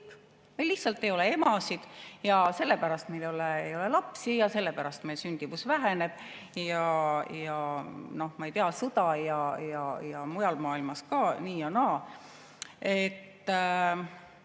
Meil lihtsalt ei ole emasid ja sellepärast meil ei ole lapsi ja sellepärast meie sündimus väheneb ja, ma ei tea, on sõda ja mujal maailmas on ka, nii ja naa.